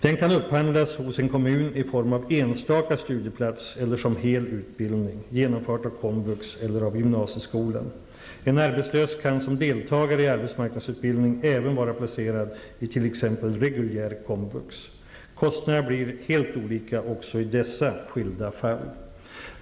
Den kan upphandlas hos en kommun i form av enstaka studieplats eller som hel utbildning, genomförd av komvux eller av gymnasieskolan. En arbetslös kan som deltagare i arbetsmarknadsutbildning även vara placerad i t.ex. reguljär komvux. Kostnaderna blir helt olika också i dessa skilda fall.